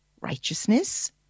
righteousness